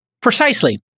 Precisely